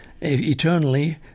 eternally